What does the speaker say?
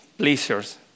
Pleasures